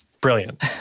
Brilliant